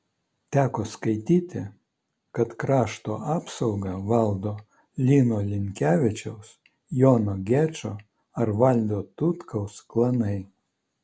teko skaityti kad krašto apsaugą valdo lino linkevičiaus jono gečo ar valdo tutkaus klanai